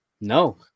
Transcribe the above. no